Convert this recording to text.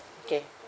okay